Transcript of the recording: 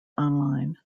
online